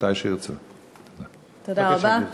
תודה רבה.